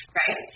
right